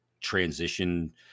transition